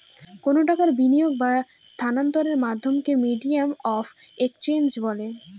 কোনো টাকার বিনিয়োগ বা স্থানান্তরের মাধ্যমকে মিডিয়াম অফ এক্সচেঞ্জ বলে